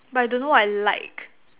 but I don't know what I like